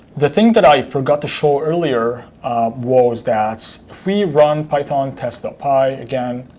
the thing that i forgot to show earlier was that, if we run pythontest ah py again,